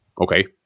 Okay